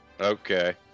Okay